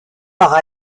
par